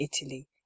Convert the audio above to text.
italy